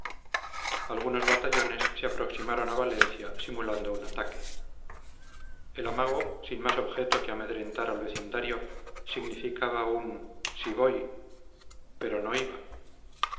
algunos batallones se aproximaron a valencia simulando un ataque el amago sin más objeto que amedrentar al vecindario significaba un si voy pero no iba